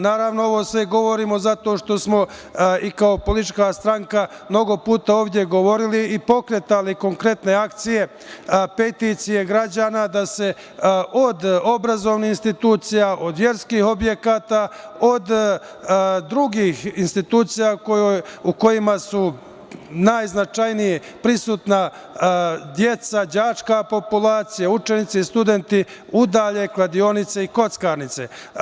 Naravno, ovo sve govorimo zato što smo i kao politička stranka mnogo puta ovde govorili i pokretali konkretne akcije, peticije građana, da se od obrazovnih institucija, od verskih objekata, od drugih institucija u kojima su najznačajnije prisutna deca, đačka populacija, učenici i studenti, udalje kladionice i kockarnice.